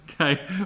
Okay